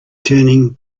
turning